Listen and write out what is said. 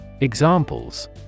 Examples